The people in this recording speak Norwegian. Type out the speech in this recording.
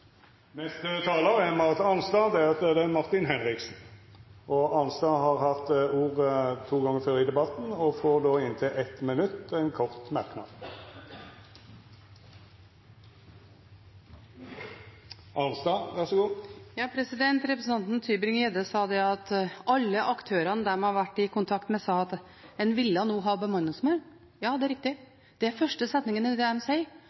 Marit Arnstad har hatt ordet to gonger tidlegare i debatten og får ordet til ein kort merknad, avgrensa til 1 minutt. Representanten Tybring-Gjedde sa at alle aktørene de har vært i kontakt med, sa at en nå ville ha en bemanningsnorm. Ja, det er riktig. Det er den første setningen av det de sier.